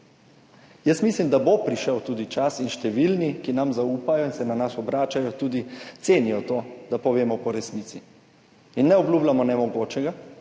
Mislim, da bo prišel tudi čas – in številni, ki nam zaupajo in se na nas obračajo, tudi cenijo to – da povemo po resnici in ne obljubljamo nemogočega,